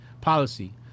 policy